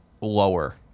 lower